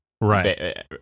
Right